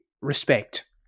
respect